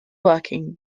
working